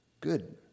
good